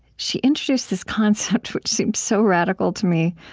she introduced this concept, which seemed so radical to me,